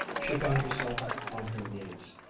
she found herself on her knees,